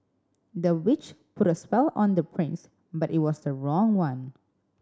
the witch put a spell on the prince but it was the wrong one